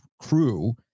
crew